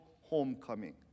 homecoming